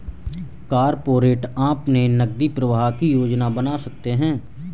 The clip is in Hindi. कॉरपोरेट अपने नकदी प्रवाह की योजना बना सकते हैं